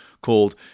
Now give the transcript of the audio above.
called